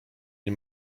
nie